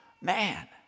Man